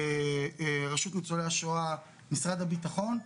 רשות ניצולי השואה, משרד הביטחון,